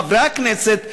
חברי הכנסת,